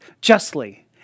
justly